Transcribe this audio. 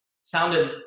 sounded